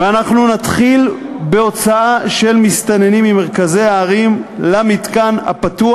ואנחנו נתחיל בהוצאה של מסתננים ממרכזי הערים למתקן הפתוח.